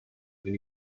when